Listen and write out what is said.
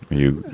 you